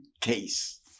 case